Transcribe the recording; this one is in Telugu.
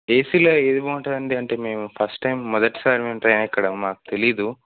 ఏసీలో ఏది బాగుంటుంది అండి అంటే మేము ఫస్ట్ టైం మొదటి సారి మేము ట్రైన్ ఎక్కడం మాకు తెలియదు